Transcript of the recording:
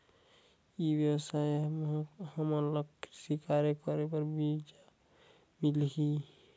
ई व्यवसाय म हामन ला कृषि कार्य करे बर बीजा मिलही?